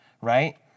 right